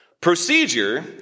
Procedure